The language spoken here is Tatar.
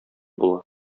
була